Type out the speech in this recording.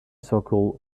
circle